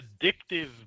addictive